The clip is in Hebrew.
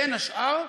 בין השאר,